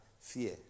fear